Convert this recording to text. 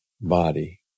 body